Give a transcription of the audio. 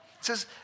says